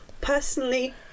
personally